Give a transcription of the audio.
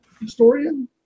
historian